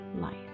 life